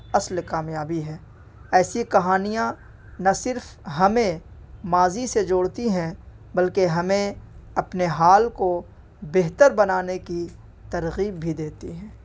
اصل کامیابی ہے ایسی کہانیاں نہ صرف ہمیں ماضی سے جوڑتی ہیں بلکہ ہمیں اپنے حال کو بہتر بنانے کی ترغیب بھی دیتی ہیں